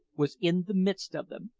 was in the midst of them,